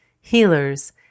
healers